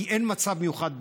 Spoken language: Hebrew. כי אין מצב מיוחד בעורף.